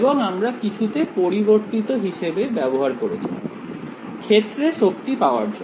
এবং আমরা কিছুতে পরিবর্তিত হিসেবে ব্যবহার করেছিলাম ক্ষেত্রে শক্তি পাওয়ার জন্য